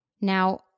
Now